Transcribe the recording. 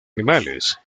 animales